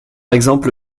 exemple